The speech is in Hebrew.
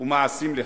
ומעשים לחוד.